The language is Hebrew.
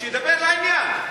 שידבר לעניין.